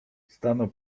stanął